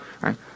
right